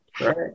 right